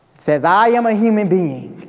says, i am a human being.